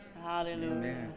hallelujah